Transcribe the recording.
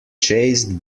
chased